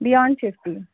beyond fifty